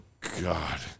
God